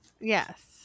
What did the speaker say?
yes